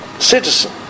citizen